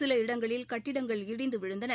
சில இடங்களில் கட்டிடங்கள் இடிந்துவிழுந்தன